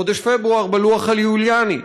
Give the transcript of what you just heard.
חודש פברואר בלוח היוליאני.